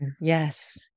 Yes